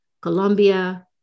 Colombia